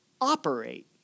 operate